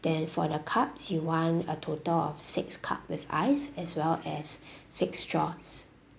then for the cups you want a total of six cups with ice as well as six straws